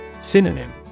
Synonym